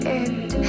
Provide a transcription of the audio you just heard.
end